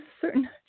certain